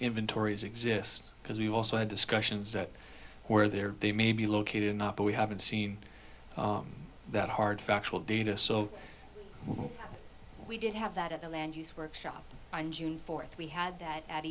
inventories exist because you also have discussions that where there they may be located or not but we haven't seen that hard factual data so we did have that at the land use workshop on june fourth we had that at